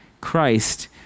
Christ